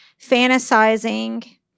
fantasizing